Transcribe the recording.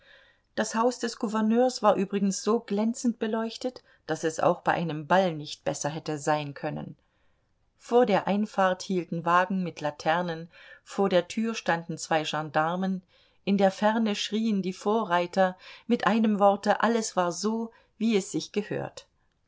das haus des gouverneurs war übrigens so glänzend beleuchtet daß es auch bei einem ball nicht besser hätte sein können vor der einfahrt hielten wagen mit laternen vor der tür standen zwei gendarmen in der ferne schrien die vorreiter mit einem worte alles war so wie es sich gehört